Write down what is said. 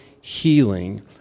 healing